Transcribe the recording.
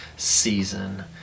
season